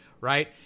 right